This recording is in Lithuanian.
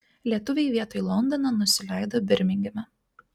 lietuviai vietoj londono nusileido birmingeme